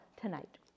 tonight